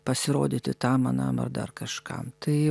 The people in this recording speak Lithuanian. pasirodyti tam anam ar dar kažkam tai